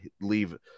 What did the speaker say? leave